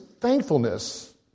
thankfulness